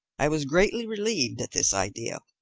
i was greatly relieved at this idea.